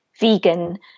vegan